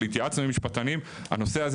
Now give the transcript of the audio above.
אבל התייעצנו עם משפטנים הנושא הזה